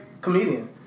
comedian